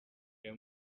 reba